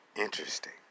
Interesting